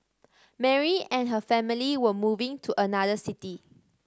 Mary and her family were moving to another city